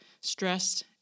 stressed